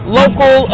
local